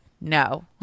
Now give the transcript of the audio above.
no